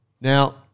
Now